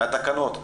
מהתקנות,